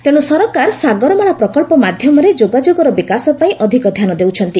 ତେଣୁ ସରକାର ସାଗରମାଳା ପ୍ରକଳ୍ପ ମାଧ୍ୟମରେ ଯୋଗାଯୋଗର ବିକାଶ ପାଇଁ ଅଧିକ ଧ୍ୟାନ ଦେଉଛନ୍ତି